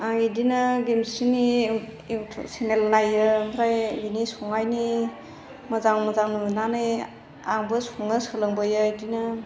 आं इदिनो गेमस्रिनि इउटुब चेनेल नायो ओमफ्राय बिनि संनायनि मोजां मोजां नुनानै आंबो संनो सोलोङो बेदिनो